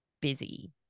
busy